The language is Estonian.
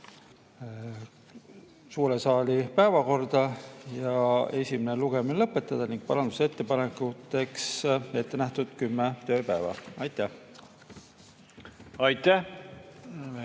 suure saali päevakorda, esimene lugemine lõpetada ning parandusettepanekuteks ette näha kümme tööpäeva. Aitäh! Aitäh!